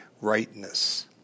rightness